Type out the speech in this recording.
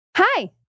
hi